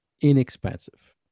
inexpensive